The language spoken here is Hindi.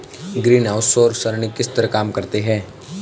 ग्रीनहाउस सौर सरणी किस तरह काम करते हैं